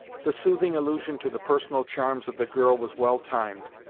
the soothing allusion to the personal charms of the girl was well timed,